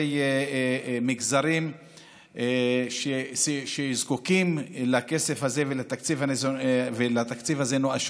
מגזרים שזקוקים לכסף הזה ולתקציב הזה נואשות.